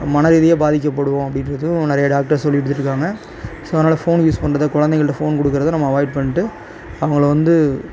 மனரீதியாக பாதிக்கப்படுவோம் அப்படின்றதும் நிறையா டாக்டர் சொல்லிகிட்டுருக்காங்க ஸோ அதனால் ஃபோன் யூஸ் பண்றதை குழந்தைங்கள்ட்ட ஃபோன் கொடுக்கறத நம்ம அவாய்ட் பண்ணிட்டு அவங்களை வந்து